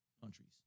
countries